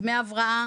דמי הבראה